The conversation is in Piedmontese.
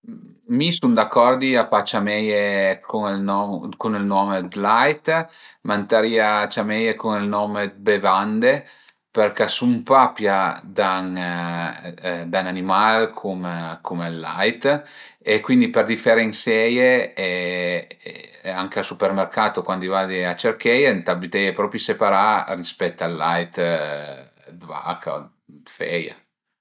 Mi sun d'acordi a pa ciameie cun ël nom cun ël nom dë lait, ma ëntarìa ciamaie cun ël nom dë bevande përché a sun pa pià da ün animal cume ël lait e cuindi për diferensieie e anche al supermercato cuandi vade a cercheie ëntà büteie propi separà rispet al lait dë vaca o dë feia